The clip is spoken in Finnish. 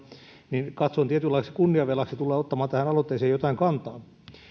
niin katson tietynlaiseksi kunniavelaksi tulla ottamaan tähän aloitteeseen jotain kantaa